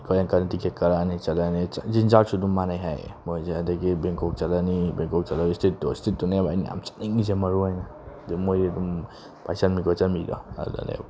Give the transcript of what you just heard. ꯑꯩꯈꯣꯏ ꯑꯪꯀꯜꯅ ꯇꯤꯀꯦꯠ ꯀꯛꯂꯛꯑꯅꯤ ꯆꯠꯂꯅꯤ ꯆꯤꯟꯖꯥꯛꯁꯨ ꯑꯗꯨꯝ ꯃꯥꯟꯅꯩ ꯍꯥꯏꯌꯦ ꯃꯣꯏꯁꯦ ꯑꯗꯒꯤ ꯕꯦꯡꯀꯣꯛ ꯆꯠꯂꯅꯤ ꯕꯦꯡꯀꯣꯛ ꯆꯠꯂꯒ ꯏꯁꯇ꯭ꯔꯤꯠꯇꯣ ꯏꯁꯇ꯭ꯔꯤꯠꯇꯨꯅꯦꯕ ꯑꯩꯅ ꯌꯥꯝ ꯆꯠꯅꯤꯡꯉꯤꯁꯦ ꯃꯔꯨ ꯑꯣꯏꯅ ꯑꯗꯨꯝ ꯃꯣꯏꯗꯤ ꯑꯗꯨꯝ ꯄꯥꯏꯁꯤꯟꯕꯤ ꯈꯣꯠꯆꯤꯟꯕꯤꯗꯣ ꯑꯗꯨꯅꯦꯕ